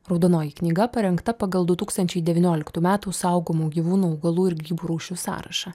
raudonoji knyga parengta pagal du tūkstančiai devynioliktų metų saugomų gyvūnų augalų ir grybų rūšių sąrašą